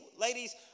ladies